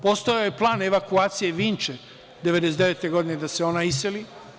Postojao je plan evakuacije Vinče 1999. godine da se ona iseli.